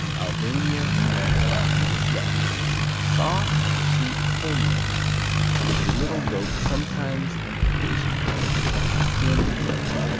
albania, russia, yugoslavia soft, sheep whole milk with a little goat sometimes and occasionally skim milk.